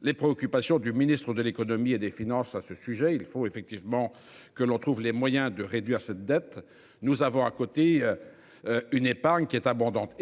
Les préoccupations du ministre de l'Économie et des Finances. À ce sujet, il faut effectivement que l'on trouve les moyens de réduire cette dette. Nous avons à côté. Une épargne qui est abondante